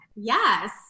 yes